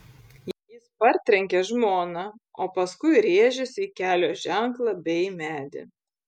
jis partrenkė žmoną o paskui rėžėsi į kelio ženklą bei medį